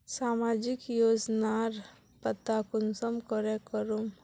सामाजिक योजनार पता कुंसम करे करूम?